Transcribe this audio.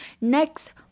next